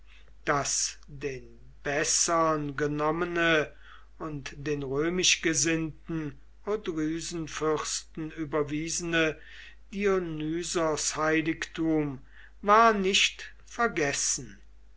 das den bessern genommene und den römisch gesinnten odrysenfürsten überwiesene dionysos heilig war nicht vergessen